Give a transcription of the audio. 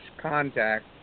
contact